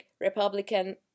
Republican